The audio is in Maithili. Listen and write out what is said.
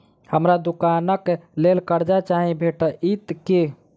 हमरा दुकानक लेल कर्जा चाहि भेटइत की?